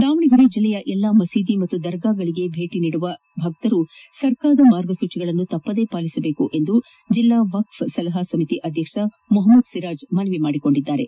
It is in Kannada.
ದಾವಣಗೆರೆ ಜಿಲ್ಲೆಯ ಎಲ್ಲಾ ಮಸೀದಿ ಹಾಗೂ ದರ್ಗಾಗಳಿಗೆ ಭೇಟಿ ನೀಡುವ ಭಕ್ತರು ಸರ್ಕಾರದ ಮಾರ್ಗಸೂಚಿಗಳನ್ನು ತಪ್ಪದೇ ಪಾಲಿಸಬೇಕು ಎಂದು ಜಿಲ್ಲಾ ವಕ್ಪ್ ಸಲಹಾ ಸಮಿತಿ ಅಧ್ಯಕ್ಷ ಮುಹಮ್ಮದ್ ಸಿರಾಜ್ ಮನವಿ ಮಾಡಿದ್ದಾರೆ